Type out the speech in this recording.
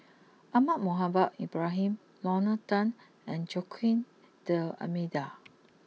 Ahmad Mohamed Ibrahim Lorna Tan and Joaquim D'Almeida